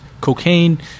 cocaine